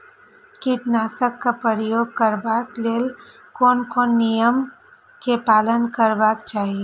कीटनाशक क प्रयोग करबाक लेल कोन कोन नियम के पालन करबाक चाही?